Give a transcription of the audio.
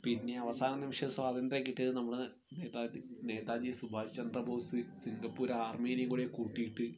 പിന്നെ അവസാന നിമിഷം സ്വാതന്ത്ര്യം കിട്ടിയത് നമ്മുടെ നേതതി നേതാജി സുഭാഷ് ചന്ദ്രബോസ് സിംഗപ്പൂർ ആർമിനേയും കൂടി കൂട്ടിയിട്ട്